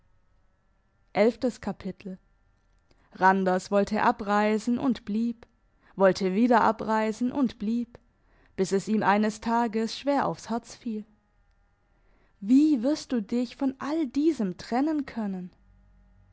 randers wollte abreisen und blieb wollte wieder abreisen und blieb bis es ihm eines tages schwer aufs herz fiel wie wirst du dich von all diesem trennen können